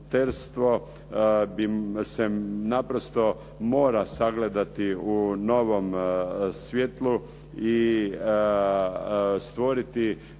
bi se naprosto mora sagledati u novom svjetlu, i stvoriti